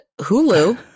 Hulu